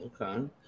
Okay